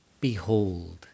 Behold